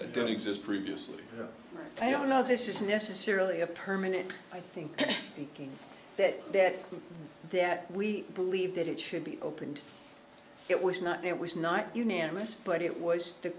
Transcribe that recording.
that don't exist previously i don't know this is necessarily a permanent i think that that that we believe that it should be opened it was not there was not unanimous but it was the